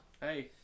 Hey